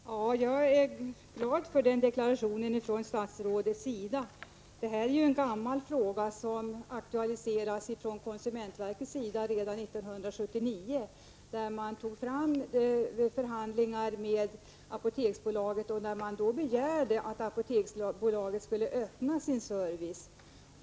Herr talman! Jag är glad för den deklarationen från statsrådets sida. Det här är ju en gammal fråga som konsumentverket aktualiserade redan 1979, då man vid förhandlingar med Apoteksbolaget begärde att bolaget skulle Öppna sin service.